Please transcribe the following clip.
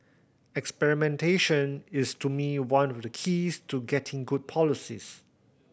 experimentation is to me one of the keys to getting good policies